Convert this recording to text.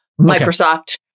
Microsoft